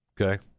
Okay